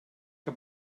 que